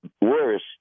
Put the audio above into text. worse